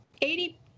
eighty